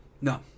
No